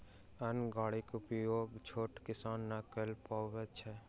अन्न गाड़ीक उपयोग छोट किसान नै कअ पबैत छैथ